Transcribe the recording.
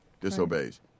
disobeys